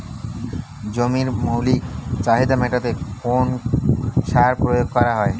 জমির মৌলিক চাহিদা মেটাতে কোন সার প্রয়োগ করা হয়?